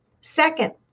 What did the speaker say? Second